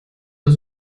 das